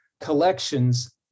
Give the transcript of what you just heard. collections